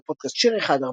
בפודקאסט "שיר אחד",